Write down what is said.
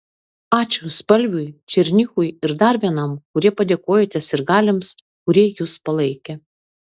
ačiū spalviui černychui ir dar vienam kurie padėkojote sirgaliams kurie jus palaikė